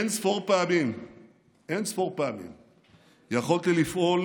אין-ספור פעמים יכולתי לפעול,